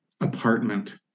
apartment